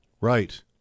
Right